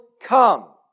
come